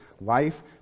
life